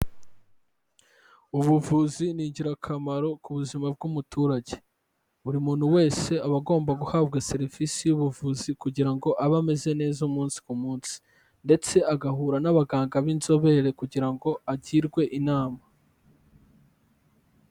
Ubuvuzi ni ingirakamaro ku buzima bw'umuturage, buri muntu wese aba agomba guhabwa serivisi y'ubuvuzi kugira ngo abe ameze neza umunsi ku munsi ndetse agahura n'abaganga b'inzobere kugira ngo agirwe inama.